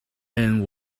and